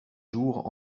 jours